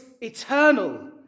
eternal